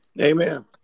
Amen